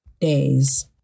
days